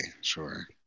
Sure